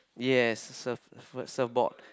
yes serve first serve boat